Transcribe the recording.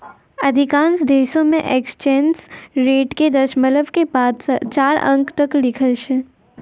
अधिकांश देशों मे एक्सचेंज रेट के दशमलव के बाद चार अंक तक लिखै छै